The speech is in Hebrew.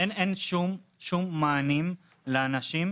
אין שום מענים לאנשים,